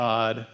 God